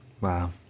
Wow